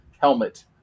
helmet